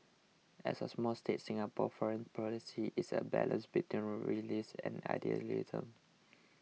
as a small state Singapore's foreign policy is a balance between realism and idealism